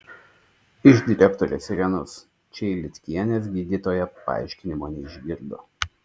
iš direktorės irenos čeilitkienės gydytoja paaiškinimo neišgirdo